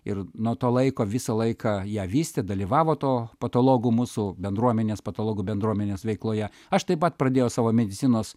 ir nuo to laiko visą laiką ją vystė dalyvavo to patologų mūsų bendruomenės patologų bendruomenės veikloje aš taip pat pradėjau savo medicinos